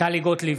טלי גוטליב,